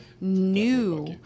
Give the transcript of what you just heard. new